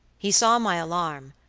he saw my alarm,